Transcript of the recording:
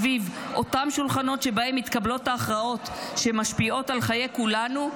סביב אותם שולחנות שבהם מתקבלות ההכרעות שמשפיעות על חיי כולנו,